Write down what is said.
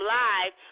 live